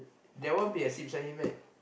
there won't be a sit beside him meh